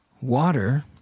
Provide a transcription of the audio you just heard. water